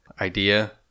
idea